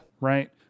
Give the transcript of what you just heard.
Right